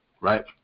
right